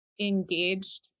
engaged